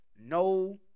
no